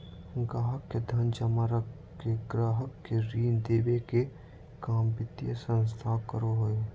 गाहक़ के धन जमा रख के गाहक़ के ऋण देबे के काम वित्तीय संस्थान करो हय